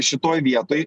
šitoj vietoj